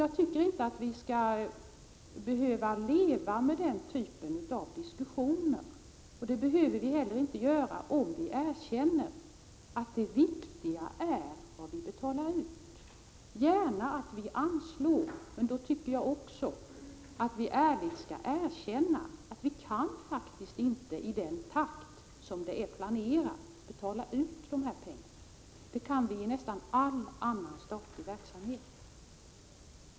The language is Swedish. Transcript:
Jag tycker inte vi skall behöva leva med den här typen av diskussioner. Det behöver vi inte heller göra om vi erkänner att det viktiga är vad vi betalar ut — inte vad vi anslår. Då tycker jag att vi ärligt skall erkänna att vi faktiskt inte kan betala ut pengarna i den takt som är planerad. Det kan vi i nästan all annan statlig verksamhet.